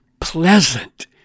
pleasant